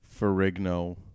Ferrigno